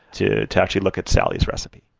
to to actually look at sally's recipe